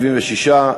76,